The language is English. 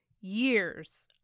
years